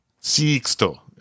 Sexto